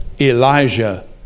Elijah